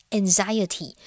anxiety